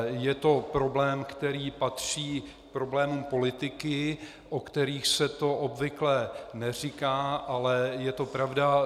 Je to problém, který patří k problémům politiky, o kterých se to obvykle neříká, ale je to pravda.